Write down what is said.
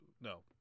no